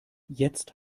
jetzt